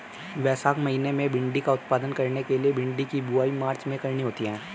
वैशाख महीना में भिण्डी का उत्पादन करने के लिए भिंडी की बुवाई मार्च में करनी होती है